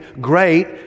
great